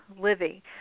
living